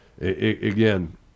again